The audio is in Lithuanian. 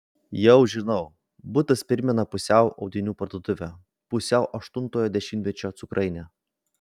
jau žinau butas primena pusiau audinių parduotuvę pusiau aštuntojo dešimtmečio cukrainę